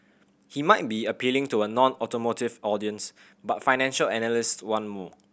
he might be appealing to a nonautomotive audience but financial analyst want more